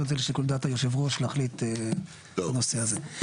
את זה לשיקול דעת יושב הראש להחליט בנושא הזה.